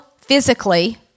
physically